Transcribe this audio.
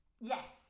Yes